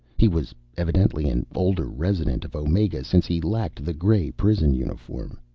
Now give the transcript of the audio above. he was evidently an older resident of omega since he lacked the gray prison uniform.